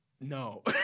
No